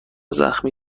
زخمی